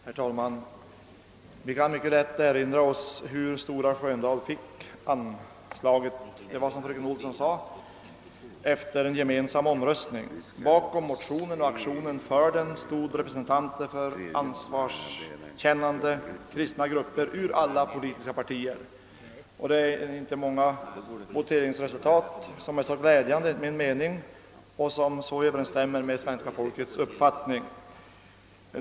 Herr talman! Vi erinrar oss väl alla hur det gick till när Stora Sköndal fick det anslag det här gäller. Som fröken Olsson sade skedde det efter gemensam omröstning, och bakom den motion som då behandlades stod representanter för ansvarskännande kristna grupper från alla politiska partier. Enligt min mening är det inte många voteringsresultat 1 riksdagen som varit så glädjande som det och som överensstämt så bra med svenska folkets uppfattning.